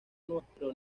nuestro